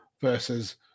versus